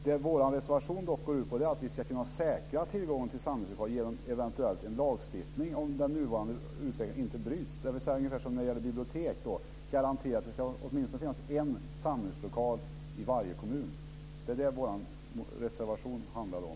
Det vår reservation går ut på är dock att vi ska kunna säkra tillgången till samlingslokaler, eventuellt genom en lagstiftning, om den nuvarande utvecklingen inte bryts. Det är alltså ungefär samma sak som när det gäller bibliotek. Man ska garantera att det åtminstone ska finnas en samlingslokal i varje kommun. Det är det vår reservation handlar om.